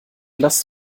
last